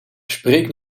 spreek